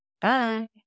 Bye